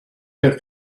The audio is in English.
air